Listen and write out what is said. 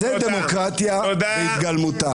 זאת דמוקרטיה בהתגלמותה.